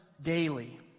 daily